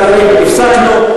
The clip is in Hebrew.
טוב, חברים, הפסקנו.